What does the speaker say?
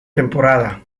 temporada